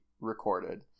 recorded